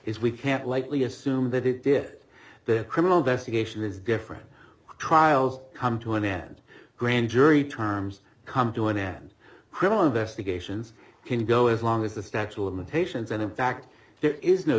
is we can't lightly assume that it did the criminal investigation is different trials come to an end grand jury terms come to an end criminal investigations can go as long as the statue of limitations and in fact there is no